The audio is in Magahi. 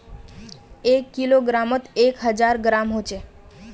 एक किलोग्रमोत एक हजार ग्राम होचे